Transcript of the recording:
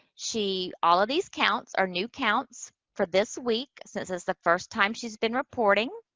she, all of these counts are new counts for this week, since it's the first time she's been reporting.